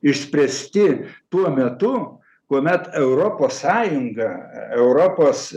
išspręsti tuo metu kuomet europos sąjunga europos